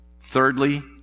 thirdly